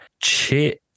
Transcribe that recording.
Chit